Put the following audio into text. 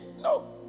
No